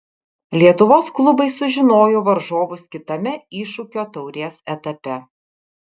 lietuvos klubai sužinojo varžovus kitame iššūkio taurės etape